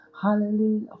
Hallelujah